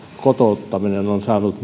kotouttaminen on saanut